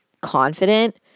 confident